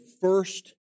first